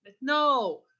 No